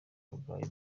arwaye